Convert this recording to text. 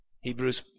Hebrews